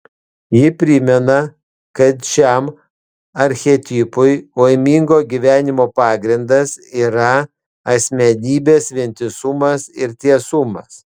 ji primena kad šiam archetipui laimingo gyvenimo pagrindas yra asmenybės vientisumas ir tiesumas